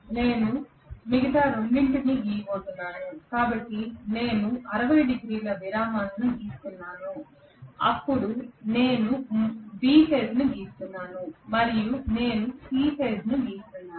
నేను మిగతా రెండింటిని గీయబోతున్నాను కాబట్టి నేను 60 డిగ్రీల విరామాలను గీస్తున్నాను అప్పుడు నేను B ఫేజ్ను గీస్తున్నాను మరియు నేను C ఫేజ్ను గీస్తున్నాను